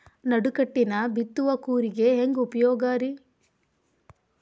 ನಡುಕಟ್ಟಿನ ಬಿತ್ತುವ ಕೂರಿಗೆ ಹೆಂಗ್ ಉಪಯೋಗ ರಿ?